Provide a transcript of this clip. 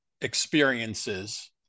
experiences